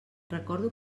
recordo